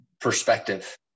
perspective